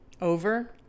Over